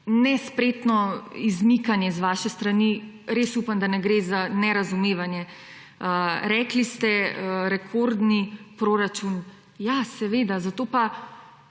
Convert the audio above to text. nespretno izmikanje z vaše strani. Res upam, da ne gre za nerazumevanje. Rekli ste, rekordni proračun. Ja, seveda, zato pa